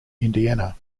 indiana